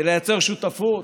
לייצר שותפות?